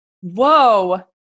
Whoa